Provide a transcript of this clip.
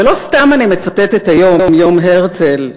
ולא סתם אני מצטטת היום, יום הרצל,